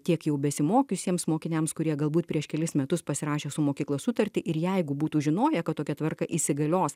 tiek jau besimokiusiems mokiniams kurie galbūt prieš kelis metus pasirašė su mokykla sutartį ir jeigu būtų žinoję kad tokia tvarka įsigalios